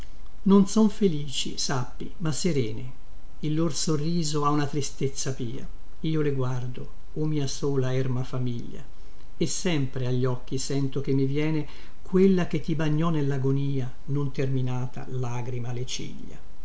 non son felici sappi ma serene il lor sorriso ha una tristezza pia io le guardoo mia sola erma famiglia sempre a gli occhi sento che mi viene quella che ti bagnò nellagonia non terminata lagrima le ciglia